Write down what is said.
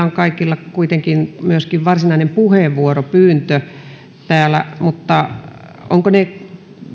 on kuitenkin myöskin varsinainen puheenvuoropyyntö täällä ovatko ne